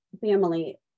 family